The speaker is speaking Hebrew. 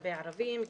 כלפי ערבים,